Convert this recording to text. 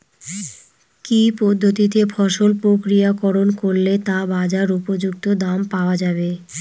কি পদ্ধতিতে ফসল প্রক্রিয়াকরণ করলে তা বাজার উপযুক্ত দাম পাওয়া যাবে?